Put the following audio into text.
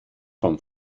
vom